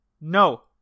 No